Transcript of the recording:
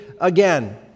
again